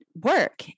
work